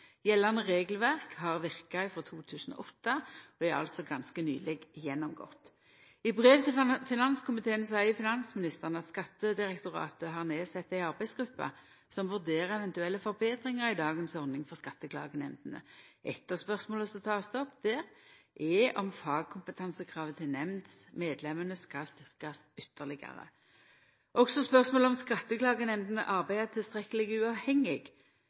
Gjeldande regelverk har verka frå 2008 og er altså ganske nyleg gjennomgått. I brev til finanskomiteen seier finansministeren at Skattedirektoratet har peikt ut ei arbeidsgruppe som vurderer eventuelle forbetringar i dagens ordning for skatteklagenemndene. Eit av spørsmåla som takast opp der, er om fagkompetansekravet til nemndsmedlemmene skal styrkast ytterlegare. Også spørsmålet om skatteklagenemndene arbeider tilstrekkeleg uavhengig